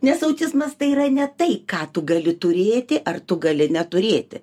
nes autizmas tai yra ne tai ką tu gali turėti ar tu gali neturėti